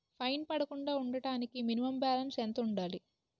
Fine పడకుండా ఉండటానికి minimum balance ఎంత ఉండాలి?